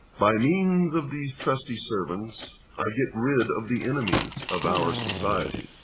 by means of these trusty servants i get rid of the enemies of our society